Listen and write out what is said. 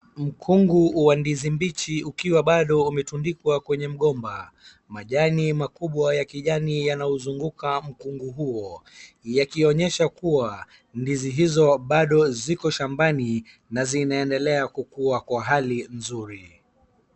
Mkungu wa ndizi mbichi ukiwa bado umetundikwa kwenye mgomba. Majani makubwa ya kijani yanauzunguka mkungu huo yakionyesha kuwa ndizi hizo bado ziko shambani na zinaendela kukua kwa hali nzuri.